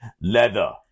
Leather